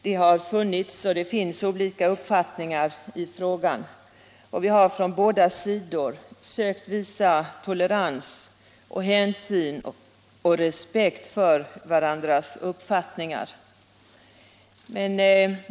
Det har funnits och det finns olika uppfattningar i frågan, och vi har från båda sidor försökt visa tolerans, hänsyn och respekt för varandras uppfattningar.